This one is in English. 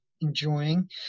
enjoying